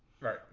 Right